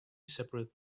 seperate